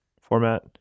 format